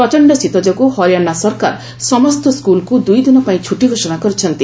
ପ୍ରଚଣ୍ଡ ଶୀତ ଯୋଗୁଁ ହରିୟାଣା ସରକାର ସମସ୍ତ ସ୍କୁଲ୍କୁ ଦୁଇଦିନ ପାଇଁ ଛୁଟି ଘୋଷଣା କରିଛନ୍ତି